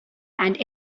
and